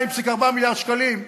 2.4 מיליארד שקלים.